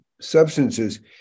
substances